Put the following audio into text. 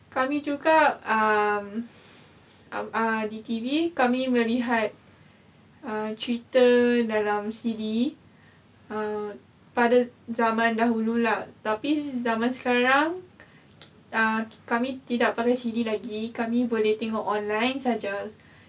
kami juga um uh di T_V kami melihat err cerita dalam C_D err pada zaman dahulu lah tapi zaman sekarang uh kami tidak pakai C_D lagi kami boleh tengok online saja